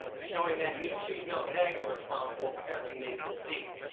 showing that meat, cheese, milk and eggs are responsible for every major disease.